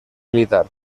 militar